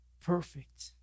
perfect